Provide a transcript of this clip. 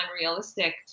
unrealistic